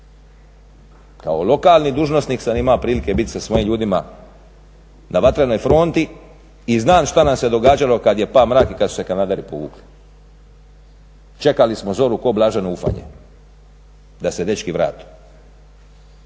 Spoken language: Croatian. Kao lokalni dužnosnik sam imao prilike biti sa svojim ljudima na vatrenoj fronti i znam što nam se događalo kad je pao mrak i kad su se kanaderi povukli. Čekali smo zoru kao blaženo ufanje, da se dečki vrate.